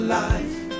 life